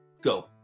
go